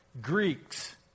Greeks